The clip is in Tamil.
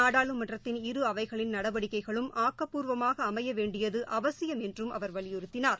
நாடாளுமன்றத்தின் இரு அவைகளின் நடவடிக்கைகளும் ஆக்கப்பூர்வமாக அமைய வேண்டியது அவசியம் என்றும் அவர் வலியுறுத்தினார்